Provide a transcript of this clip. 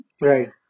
Right